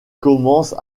commence